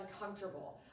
uncomfortable